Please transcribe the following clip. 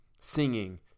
singing